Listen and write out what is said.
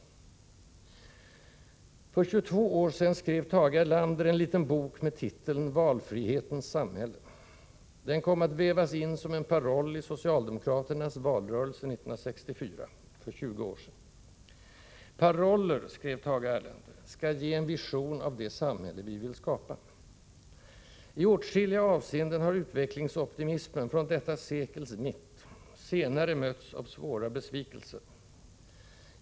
För 22 år sedan skrev Tage Erlander en liten bok med titeln Valfrihetens samhälle. Den kom att vävas in som en paroll i socialdemokraternas valrörelse 1964, för 20 år sedan. ”Paroller”, skrev Tage Erlander, ”skall ge en vision av det samhälle vi vill skapa.” I åtskilliga avseenden har utvecklingsoptimismen från detta sekels mitt senare mötts av svåra besvikelser.